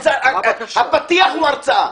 הפתיח הוא הרצאה.